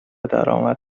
درآمد